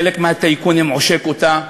חלק מהטייקונים עושק אותה,